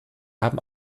haben